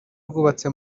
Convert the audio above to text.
rwubatse